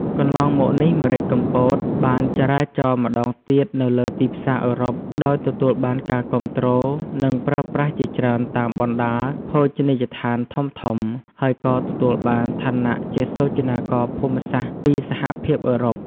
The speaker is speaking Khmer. កន្លងមកនេះ ម្រេចកំពត បានចរាចរម្តងទៀតនៅលើទីផ្សារអឺរ៉ុប ដោយទទួលបានការគាំទ្រ និងប្រើប្រាស់ជាច្រើនតាមបណ្តាភោជនីយដ្ឋានធំៗ ហើយក៏ទទួលបានឋានៈជាសុចនាករភូមិសាស្រ្តពីសហភាពអឺរ៉ុប។